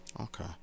Okay